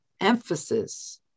emphasis